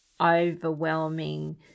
overwhelming